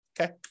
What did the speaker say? Okay